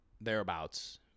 thereabouts